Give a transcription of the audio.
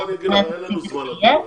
אין לנו זמן לדון.